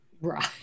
Right